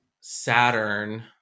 Saturn